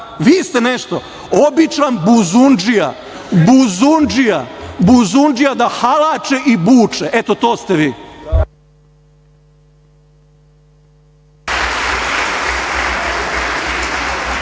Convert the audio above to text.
Vi ste nešto? Običan buzundžija. Buzundžija, da halače i buče. Eto, to ste vi.